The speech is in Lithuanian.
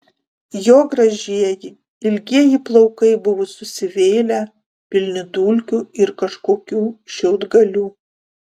jo gražieji ilgieji plaukai buvo susivėlę pilni dulkių ir kažkokių šiaudgalių